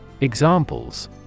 Examples